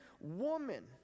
woman